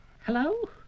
Hello